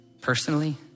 Personally